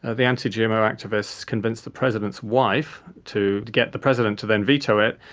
ah the anti-gmo activists convinced the president's wife to get the president to then veto it,